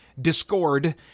Discord